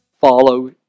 follow